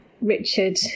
Richard